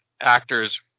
actors